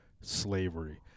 Slavery